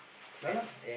ya lah